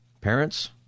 parents